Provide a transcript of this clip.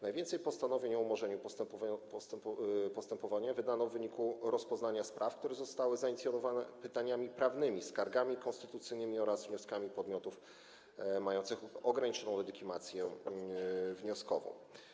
Najwięcej postanowień o umorzeniu postępowania wydano w wyniku rozpoznania spraw, które zostały zainicjonowane pytaniami prawnymi, skargami konstytucyjnymi oraz wnioskami podmiotów mających ograniczoną legitymację wnioskową.